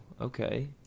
Okay